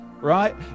right